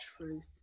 truth